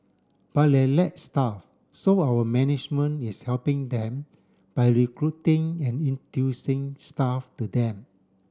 but they lack staff so our management is helping them by recruiting and introducing staff to them